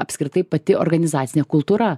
apskritai pati organizacinė kultūra